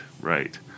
right